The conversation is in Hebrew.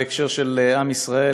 בהקשר של עם ישראל,